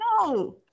no